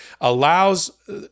allows